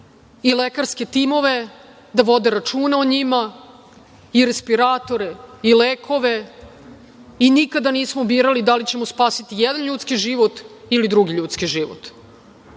i lekarske timove da vode računa o njima i respiratore i lekove i nikada nismo birali da li ćemo spasiti jedan ljudski život ili drugi ljudski život.